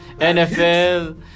nfl